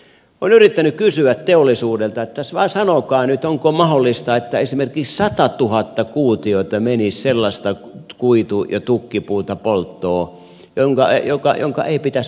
olen yrittänyt kysyä teollisuudelta että sanokaa nyt onko mahdollista että esimerkiksi satatuhatta kuutiota menisi sellaista kuitu ja tukkipuuta polttoon jonka ei pitäisi pitää sinne mennä